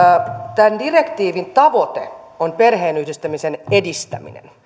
tämän direktiivin tavoite on perheenyhdistämisen edistäminen